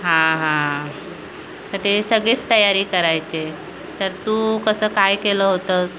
हां हां तर ते सगळेच तयारी करायचे तर तू कसं काय केलं होतंस